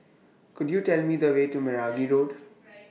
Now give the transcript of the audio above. Could YOU Tell Me The Way to Meragi Road